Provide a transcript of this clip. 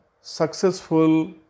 successful